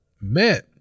met